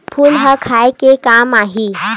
फूल ह खाये के काम आही?